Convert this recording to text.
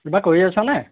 কিবা কৰি আছনে